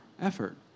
effort